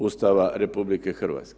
Ustava RH.